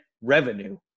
revenue